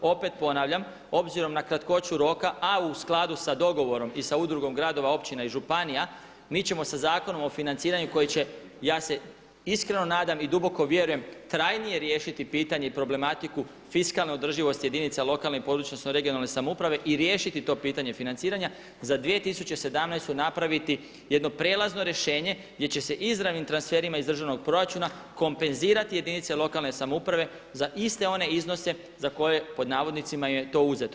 Opet ponavljam, obzirom na kratkoću roka, a u skladu sa dogovorim i sa Udrugom gradova, općina i županija mi ćemo sa Zakonom o financiranju koji će ja se iskreno nadam i duboko vjerujem trajnije riješiti pitanje i problematiku fiskalne održivosti jedinice lokalne (regionalne) i područne samouprave i riješiti to pitanje financiranje i za 2017. napraviti jedno prijelazno rješenje gdje će se izravnim transferima iz državnog proračuna kompenzirati jedinice lokalne samouprave za iste one iznose za koje je to „uzeto“